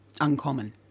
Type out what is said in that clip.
Uncommon